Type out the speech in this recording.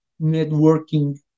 networking